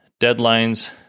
deadlines